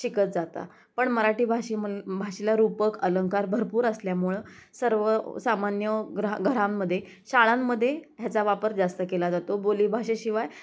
शिकत जाता पण मराठी भाषे मल भाषेला रूपक अलंंकार भरपूर असल्यामुळं सर्व सामान्य ग्रह घरांमध्ये शाळांमध्ये ह्याचा वापर जास्त केला जातो बोलीभाषे शिवाय